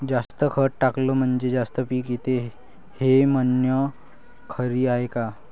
जास्त खत टाकलं म्हनजे जास्त पिकते हे म्हन खरी हाये का?